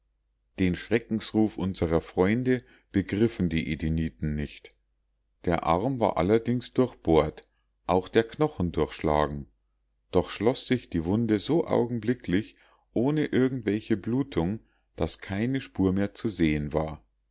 den schreckensruf unserer freunde begriffen die edeniten nicht der arm war allerdings durchbohrt auch der knochen durchschlagen doch schloß sich die wunde so augenblicklich ohne irgend welche blutung daß keine spur mehr zu sehen war